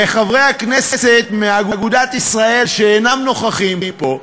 וחברי הכנסת מאגודת ישראל, שאינם נוכחים פה,